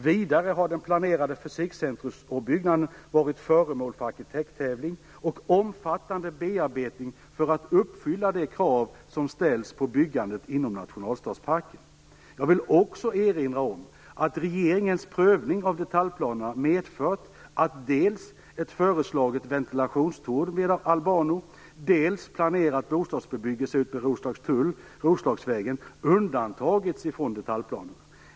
Vidare har den planerade Fysikcentrumbyggnaden varit föremål för arkitekttävling och omfattande bearbetning för att uppfylla de krav som ställs på byggande inom nationalstadsparken. Jag vill också erinra om att regeringens prövning av detaljplanerna medfört att dels ett föreslaget ventilationstorn vid Albano, dels planerad bostadsbebyggelse utmed Roslagstull-Roslagsvägen undantagits från detaljplanerna.